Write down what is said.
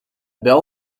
bel